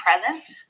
present